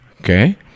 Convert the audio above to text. okay